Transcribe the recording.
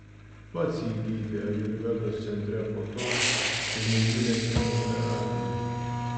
pats jį gydė ajurvedos centre po to kai nuvylė chemoterapija